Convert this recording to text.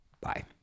Bye